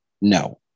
No